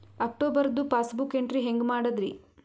ಅಕ್ಟೋಬರ್ದು passbook entry ಹೆಂಗ್ ಮಾಡದ್ರಿ?